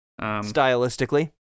Stylistically